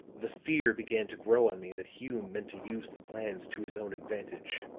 the fear began to grow on me that hume meant to use the plans to his own advantage